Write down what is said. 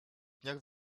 dniach